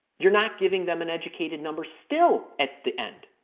you're not giving them an educated number still at the end.